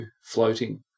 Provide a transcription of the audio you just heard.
floating